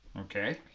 Okay